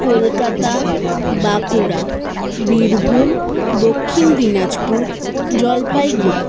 Kolkata Bankura Birbhum Dakshin Dinajpur Jalpaiguri